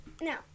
Now